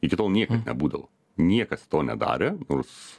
iki tol niekad nebūdavo niekas to nedarė nors